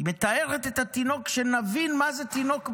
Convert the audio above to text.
היא מתארת את התינוק, שנבין מה זה תינוק בשבי,